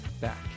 back